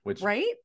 right